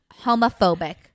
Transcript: homophobic